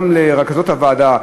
גם לרכזות הוועדה,